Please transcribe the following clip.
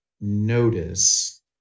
notice